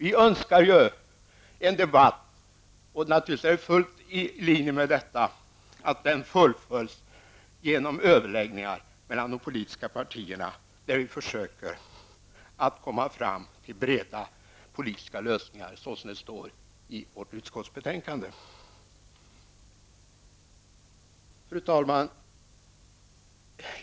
Vi önskar en debatt som fullföljs genom överläggningar mellan de politiska partierna, där vi försöker att komma fram till breda politiska lösningar, såsom det står i vårt utskottsbetänkande. Fru talman!